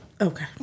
Okay